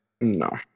No